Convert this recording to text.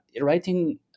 writing